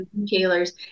retailers